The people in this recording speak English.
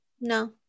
No